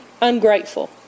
ungrateful